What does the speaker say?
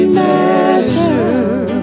measure